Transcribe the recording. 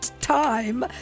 time